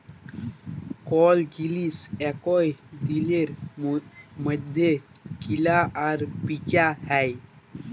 call জিলিস একই দিলের মইধ্যে কিলা আর বিচা হ্যয়